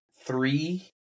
three